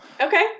okay